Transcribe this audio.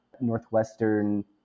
Northwestern